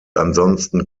ansonsten